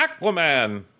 Aquaman